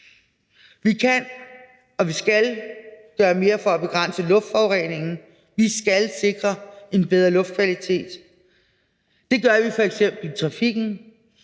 Vi kan og vi skal gøre mere for at begrænse luftforureningen. Vi skal sikre en bedre luftkvalitet. Det gør vi f.eks. i trafikken